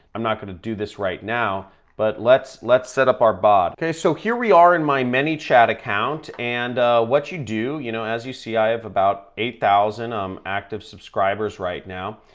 i'm not gonna do this right now but let's let's set up our bot. okay so here we are in my many chat account and what you do you know as you see i have about eight thousand i'm active subscribers right now,